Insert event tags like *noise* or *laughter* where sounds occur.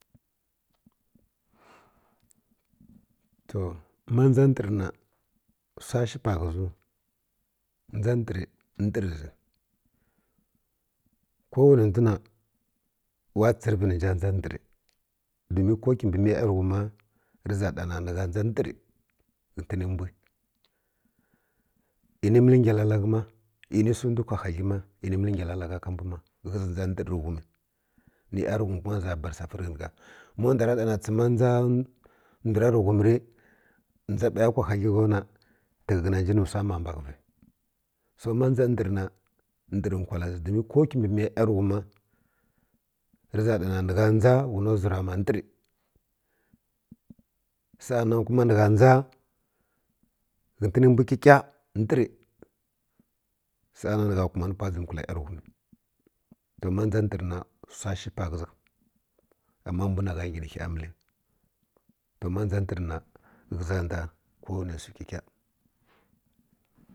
*noise* to ma dʒa ndər na wsa shi pa ghə ziw dʒa ndəri ndər zi ko wane ndw na wa tsərəvi na nda dʒa ndəri domin ko kibə miya yanghum ma rə za ɗa na ni gha dʒa ndərə ghətən ni mbw ini məl ngalalagh ma ini wsi ndw kwa hadli ma ini məl ngalalaghai ka mbw ma ghə zi dʒa ndər rə ghum ni yurighum kuma ni za bar safi rə ghən gha ma ndw ra ɗa na tsə ma dʒa ndura rə ghum ri dʒa bə kwa hadla’ gha na tə ghə na nji nə wsa ma maghəvə so ma dʒa dʒa ndər na ndər whəa zi don ko kibə miya yanghum ma rə za ɗa na ni gha dʒa whuna wzra mma ndəri sa’a nan kuma mi gha dʒa ghətən mvw kəkah ndəri sa’a nan ni gha kumari pwa ndʒən kəla yarighum to ma dʒa ndər na wsa shi pa ghəiw ama mbw na ghaə ngi nə ghə məl to ma dʒa ndər na ghə za nda ko wane wsi kikah.